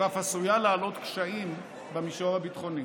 ואף עשויה להעלות קשיים במישור הביטחוני.